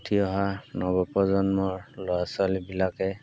উঠি অহা নৱ প্ৰজন্মৰ ল'ৰা ছোৱালীবিলাকে